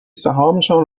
سهامشان